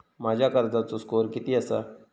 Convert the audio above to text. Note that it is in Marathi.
माझ्या कर्जाचो स्कोअर किती आसा?